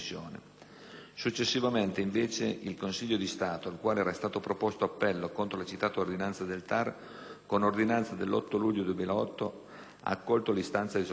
Successivamente, invece, il Consiglio di Stato, al quale era stato proposto appello contro la citata ordinanza del TAR, con ordinanza dell'8 luglio 2008, ha accolto l'istanza di sospensiva.